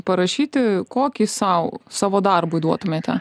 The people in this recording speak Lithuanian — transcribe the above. parašyti kokį sau savo darbui duotumėte